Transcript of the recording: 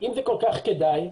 כל כך כדאי,